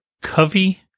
Covey